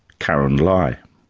karyn lai.